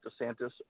DeSantis